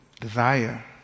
desire